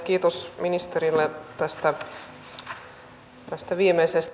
kiitos ministerille tästä viimeisestä